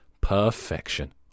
Perfection